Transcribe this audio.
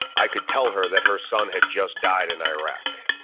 i could tell her that her son had just died in iraq.